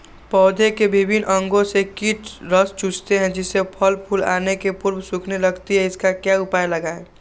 पौधे के विभिन्न अंगों से कीट रस चूसते हैं जिससे फसल फूल आने के पूर्व सूखने लगती है इसका क्या उपाय लगाएं?